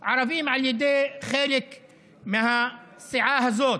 הערבים על ידי חלק מהסיעה הזאת,